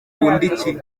iki